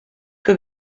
que